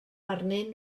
arnyn